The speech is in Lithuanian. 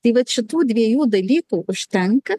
tai vat šitų dviejų dalykų užtenka